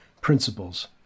principles